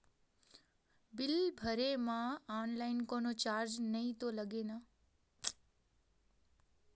Bill भरे मा online कोनो चार्ज तो नई लागे ना?